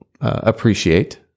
appreciate